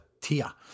Tia